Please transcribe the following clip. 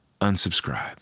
Unsubscribe